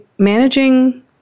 Managing